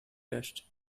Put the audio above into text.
test